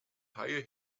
haie